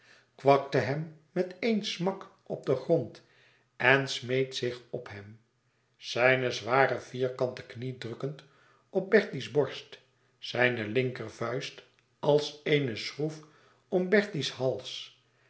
kwakte hem met één smak op den grond en smeet zich op hem zijne zware vierkante knie drukkend op bertie's borst zijne linkervuist als eene schroef om bertie's hals